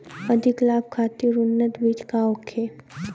अधिक लाभ खातिर उन्नत बीज का होखे?